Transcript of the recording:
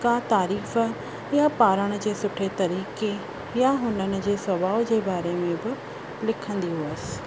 का तारीफ़ या पाढ़ण जे सुठे तरीक़े या हुननि जे स्वभाव जे बारे में बि लिखंदी हुअसि